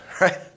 right